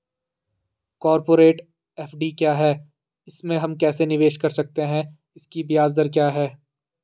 Corporate FD क्या है इसमें हम कैसे निवेश कर सकते हैं इसकी ब्याज दर क्या है?